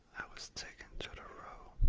iwas taken to the row.